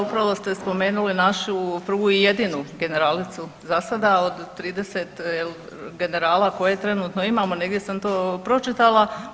Da, upravo ste spomenuli našu prvu i jedinu generalicu za sada, od 30, je li, generala koje trenutno imamo, negdje sam to pročitala.